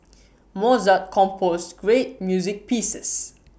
Mozart composed great music pieces